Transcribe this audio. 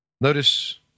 Notice